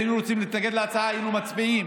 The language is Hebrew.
היינו מצביעים